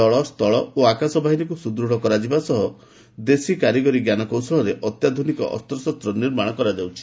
ଜଳ ସ୍ଥଳ ଓ ଆକାଶ ବାହିନୀକୁ ସୁଦୃଢ଼ କରାଯିବା ସହ ଦେଶୀକାରିଗରି ଜ୍ଞାନ କୌଶଳରେ ଅତ୍ୟାଧୁନିକ ଅସ୍ତ୍ରଶସ୍ତ୍ର ନିର୍ମାଣ କରାଯାଉଛି